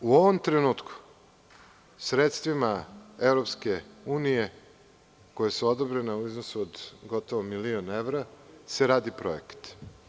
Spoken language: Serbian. U ovom trenutku, sredstvima EU koja su odobrena u iznosu od gotovo milion evra se radi projekat.